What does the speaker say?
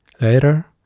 Later